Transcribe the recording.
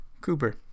Cooper